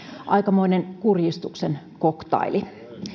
aikamoinen kurjistuksen koktaili